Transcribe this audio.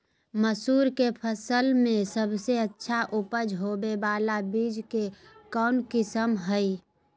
मसूर के फसल में सबसे अच्छा उपज होबे बाला बीज के कौन किस्म हय?